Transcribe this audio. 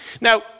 now